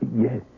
Yes